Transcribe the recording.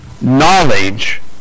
knowledge